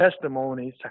testimonies